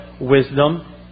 wisdom